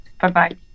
Bye-bye